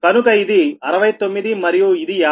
కనుక ఇది 69 మరియు ఇది 51